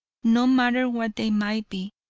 no matter what they might be.